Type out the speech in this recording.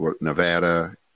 Nevada